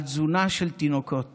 על תזונה של תינוקות